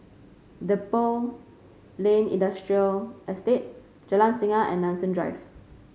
Depot Lane Industrial Estate Jalan Singa and Nanson Drive